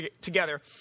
together